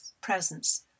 presence